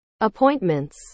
Appointments